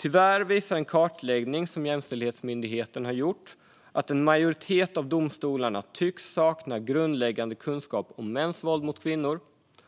Tyvärr visar en kartläggning som Jämställdhetsmyndigheten har gjort att en majoritet av domstolarna tycks sakna grundläggande kunskap om mäns våld mot kvinnor,